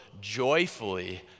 joyfully